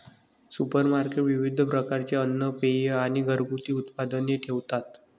supermarket विविध प्रकारचे अन्न, पेये आणि घरगुती उत्पादने ठेवतात